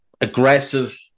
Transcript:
aggressive